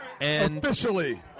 Officially